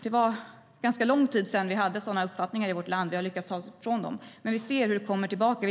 Det var ganska lång tid sedan vi hade sådana uppfattningar i vårt land - vi har lyckats ta oss ifrån dem - men vi ser hur de kommer tillbaka.